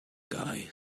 guy